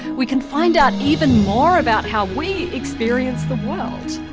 we can find out even more about how we experience the world.